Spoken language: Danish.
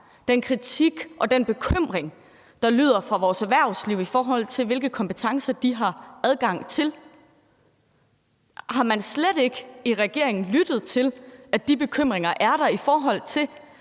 den kritik og den bekymring, der lyder fra vores erhvervsliv, i forhold til hvilke kompetencer de har adgang til. Har man slet ikke i regeringen lyttet til, at de bekymringer er der, i forbindelse